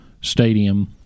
stadium